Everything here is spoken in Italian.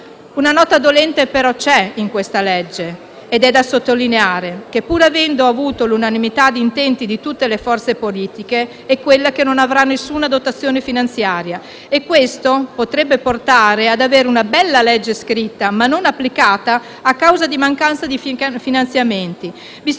Una nota dolente, però, c'è nel testo di legge e deve essere sottolineata: pur avendo l'unanimità di intenti di tutte le forze politiche, non avrà nessuna dotazione finanziaria; questo potrebbe portare ad avere una bella legge scritta ma non applicata a causa di mancanza di finanziamenti.